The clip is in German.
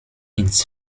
ins